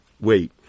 wait